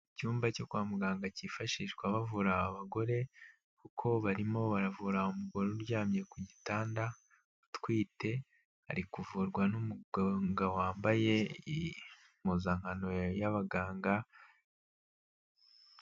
Icyumba cyo kwa muganga cyifashishwa bavura abagore kuko barimo baravura umugore uryamye ku gitanda utwite, ari kuvurwa n'umuganga wambaye impuzankano y'abaganga.